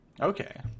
Okay